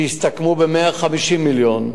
שיסתכמו ב-150 מיליון,